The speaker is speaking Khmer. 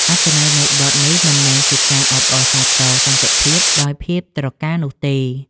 អត្ថន័យនៃបទនេះមិនមែនជាការអបអរសាទរសន្តិភាពដោយភាពត្រកាលនោះទេ។